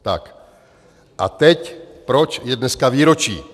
Tak a teď proč je dneska výročí?